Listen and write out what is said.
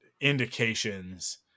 indications